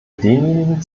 denjenigen